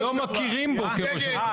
לא מכירים בו כראש ממשלה.